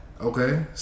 Okay